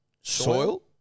soil